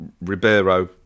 Ribeiro